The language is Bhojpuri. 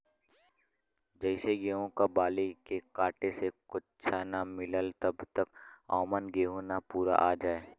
जइसे गेहूं क बाली के काटे से कुच्च्छो ना मिलला जब तक औमन गेंहू ना पूरा आ जाए